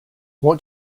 what